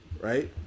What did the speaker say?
right